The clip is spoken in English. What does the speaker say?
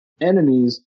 enemies